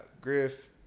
Griff